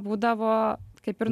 būdavo kaip ir